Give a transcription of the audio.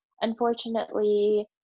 unfortunately